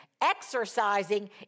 exercising